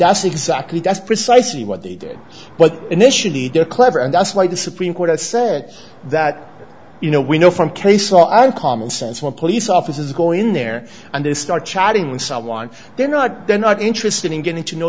that's exactly that's precisely what they did but initially they're clever and that's why the supreme court has said that you know we know from case law and common sense when police officers go in there and they start chatting with someone they're not they're not interested in getting to know